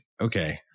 okay